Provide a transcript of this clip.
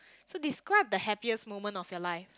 so describe the happiest moment of your life